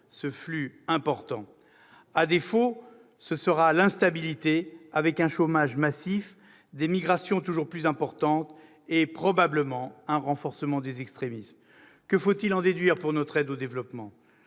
ce flux important. À défaut, ce sera l'instabilité, avec un chômage massif, des migrations toujours plus importantes et, probablement, un renforcement des extrémismes. Que faut-il en déduire pour notre aide au développement ?